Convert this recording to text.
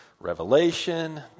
Revelation